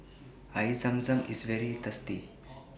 Air Zam Zam IS very tasty